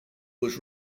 was